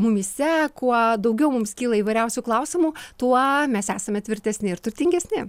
mumyse kuo daugiau mums kyla įvairiausių klausimų tuo mes esame tvirtesni ir turtingesni